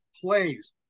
plays